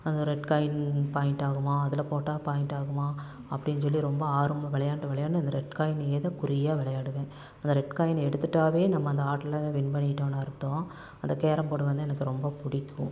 அந்த red coin point ஆகுமா அதில் போட்டால் பாயிண்ட் ஆகுமா அப்படினு சொல்லி ரொம்ப ஆர்வமாக விளையாண்டு விளையாடண்டு அந்த ரெட் காய்ன்லேயே தான் குறியாக விளையாடுவேன் அந்த ரெட் காயின் எடுத்துவிட்டாவே நம்ம அந்த ஆடல வின் பண்ணிவிட்டோம்னு அர்த்தம் அந்த கேரம் போர்டு வந்து எனக்கு ரொம்ப பிடிக்கும்